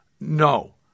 No